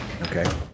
Okay